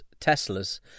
Teslas